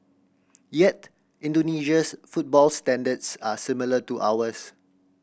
yet Indonesia's football standards are similar to ours